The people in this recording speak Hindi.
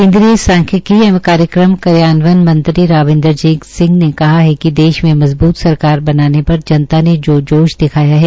केन्द्रीय सांख्यिकी एवं कार्यक्रम कार्यान्वयन मंत्री राव इन्द्रजीत सिंह ने कहा कि देश में मजबूत सरकार बनाने पर जनता ने तो जोश दिखाया है